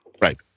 Right